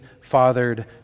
fathered